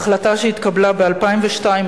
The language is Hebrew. החלטה שהתקבלה ב-2002,